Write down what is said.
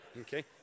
Okay